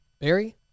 Barry